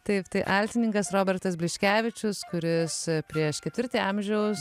taip tai altininkas robertas bliškevičius kuris prieš ketvirtį amžiaus